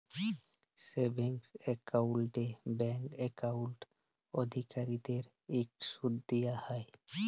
savings একাউল্টে bank account অধিকারীদেরকে ইকট সুদ দিয়া হ্যয়